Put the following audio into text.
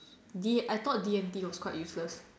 D I thought D and T was quite useless